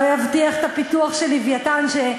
לא יבטיח את הפיתוח של "לווייתן".